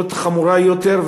חמור יותר,